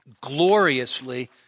gloriously